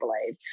believe